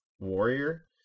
Warrior